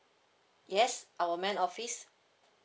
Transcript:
yes our main office